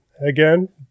again